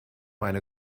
eine